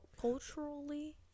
Culturally